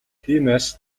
тиймээс